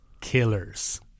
Killers